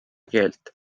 keelt